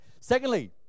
Secondly